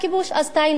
אז טעינו, נכון.